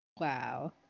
Wow